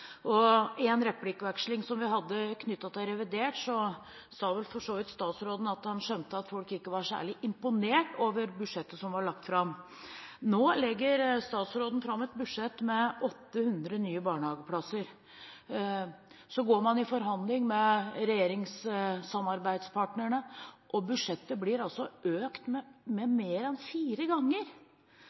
og i en replikkveksling vi hadde knyttet til revidert, sa for så vidt statsråden at han skjønte at folk ikke var særlig imponert over budsjettet som var lagt fram. Nå legger statsråden fram et budsjett med 800 nye barnehageplasser. Så går man i forhandling med regjeringssamarbeidspartnerne, og budsjettet blir økt med mer enn fire ganger.